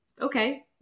okay